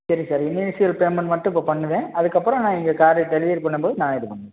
சரி sir initial payment மட்டும் இப்போ பண்ணுவேன் அதுக்கப்புறம் நான் நீங்கள் காரை டெலிவரி பண்ணும்போது நான் இது பண்ணுவேன்